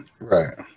Right